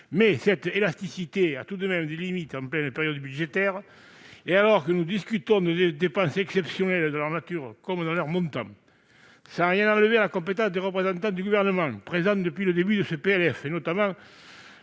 cette élasticité a des limites en pleine période budgétaire, surtout lorsque nous discutons de dépenses exceptionnelles, dans leur nature comme dans leur montant. Sans rien enlever à la compétence des représentants du Gouvernement présents depuis le début de l'examen